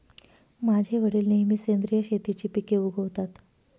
माझे वडील नेहमी सेंद्रिय शेतीची पिके उगवतात